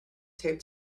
taped